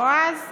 בועז,